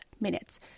minutes